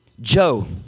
Joe